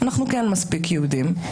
אנחנו כן מספיק יהודים,